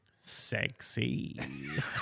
Sexy